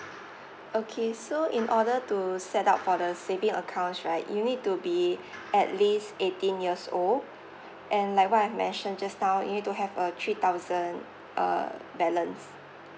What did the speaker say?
okay so in order to set up for the saving accounts right you need to be at least eighteen years old and like what I've mention just now you need to have uh three thousand err balance